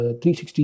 360